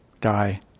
die